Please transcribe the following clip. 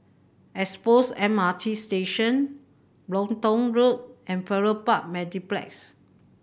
Expo M R T Station Brompton Road and Farrer Park Mediplex